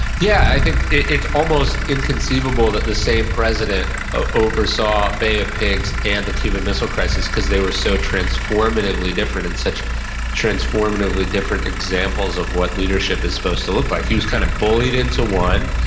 yeah, i think it's almost inconceivable that the same president ah oversaw bay of pigs and the cuban missile crisis because they were so transformatively different and such transformatively different examples of what leadership is supposed to look like. he was kind of bullied into one,